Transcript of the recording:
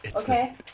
Okay